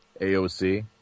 AOC